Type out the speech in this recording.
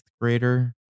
grader